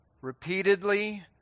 repeatedly